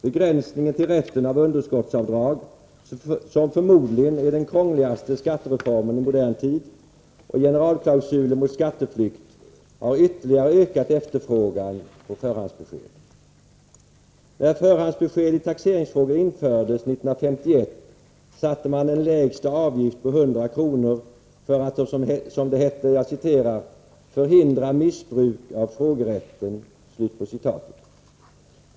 Begränsningen till rätten av underskottsavdrag, som förmodligen är den krångligaste skattereformen i modern tid, och generalklausulen mot skatteflykt har ytterligare ökat efterfrågan på förhandsbesked. När förhandsbesked i taxeringsfrågor infördes 1951 satte man en lägsta avgift på 100 kr. för att, som det hette, ”förhindra missbruk av frågerätten”.